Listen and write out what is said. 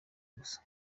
gusa